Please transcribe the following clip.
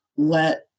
let